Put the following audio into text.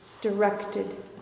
directed